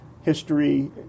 history